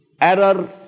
error